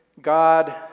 God